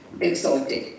exalted